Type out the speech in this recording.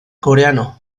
coreano